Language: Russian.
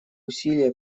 усилия